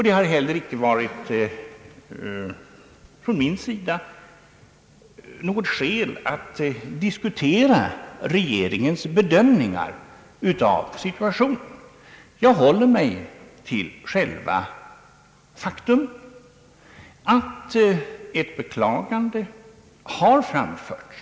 Det har från min sida inte heller funnits några skäl att diskutera regeringens bedömningar av situationen. Jag har efterlyst den i dag efter beklagandet. Jag håller mig till själva faktum att ett amerikanskt beklagande har framförts.